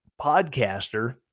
podcaster